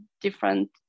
different